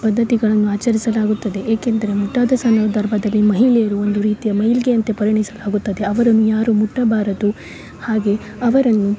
ಪದ್ಧತಿಗಳನ್ನು ಆಚರಿಸಲಾಗುತ್ತದೆ ಏಕೆಂದರೆ ಮುಟ್ಟಾದ ಸಂದರ್ಭದಲ್ಲಿ ಮಹಿಳೆಯರು ಒಂದು ರೀತಿಯ ಮೈಲ್ಗೆ ಅಂತೆ ಪರಿಣಿಸಲಾಗುತ್ತದೆ ಅವರನ್ನು ಯಾರು ಮುಟ್ಟಬಾರದು ಹಾಗೆ ಅವರನ್ನು